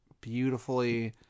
beautifully